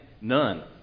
None